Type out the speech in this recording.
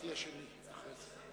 לפתוח את ישיבת הכנסת.